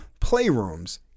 playrooms